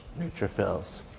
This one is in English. neutrophils